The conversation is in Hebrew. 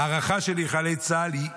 ההערכה שלי לחיילי צה"ל היא באמת,